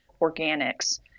organics